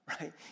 right